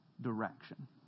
direction